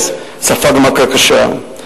שספג מכה קשה,